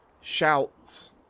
shouts